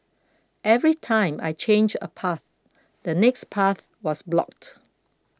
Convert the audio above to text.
every time I change a path the next path was blocked